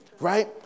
Right